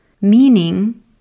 meaning